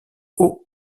haut